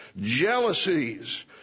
jealousies